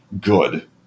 Good